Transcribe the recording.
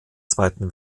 zweiten